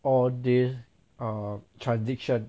all these err transaction